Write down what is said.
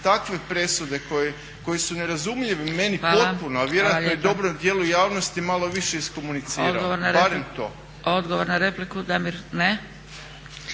takve presude koje su nerazumljive, meni potpuno, a vjerojatno i dobrom dijelu javnosti, malo više iskomunicira, bar to. **Zgrebec, Dragica